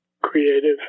creative